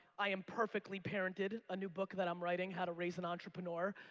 i am perfectly parented, a new book that i'm writing how to raise an entrepreneur.